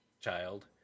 child